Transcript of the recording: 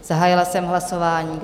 Zahájila jsem hlasování.